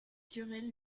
querelle